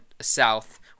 south